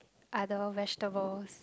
other vegetables